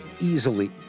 easily